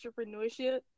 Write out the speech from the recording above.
entrepreneurship